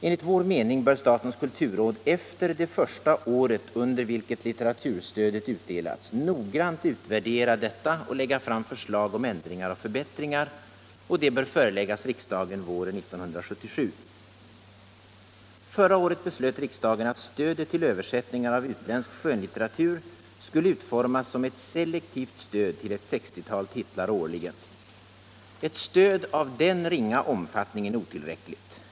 Enligt vår mening bör statens kulturråd efter det första året under vilket litteraturstödet utdelats noggrant utvärdera detta och lägga fram förslag om ändringar och förbättringar. Förslaget bör föreläggas riksdagen våren 1977. Kulturpolitiken Kulturpolitiken 60 skönlitteratur skulle utformas som ett selektivt stöd till ett 60-tal titlar årligen. Ett stöd av denna ringa omfattning är otillräckligt.